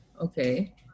Okay